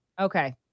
Okay